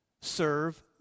Serve